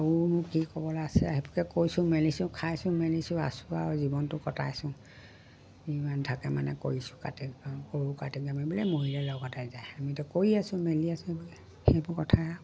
আৰু মোৰ কি ক'বলৈ আছে আৰু সেইবোৰকে কৈছোঁ মেলিছোঁ খাইছোঁ মেলিছোঁ আছো আৰু জীৱনটো কটাইছোঁ যিমান থাকে মানে কৰিছোঁ কাটি কৰোঁ কাটি কামি বোলে মৰিলে লগতে যায় আমিতো কৰি আছো মেলি আছো সেইবোৰ কথা আৰু